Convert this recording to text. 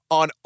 on